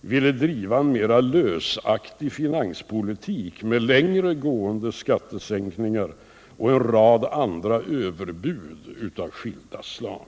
ville driva en mera lösaktig finanspolitik, med längre gående skattesänkningar och en rad andra överbud av skilda slag.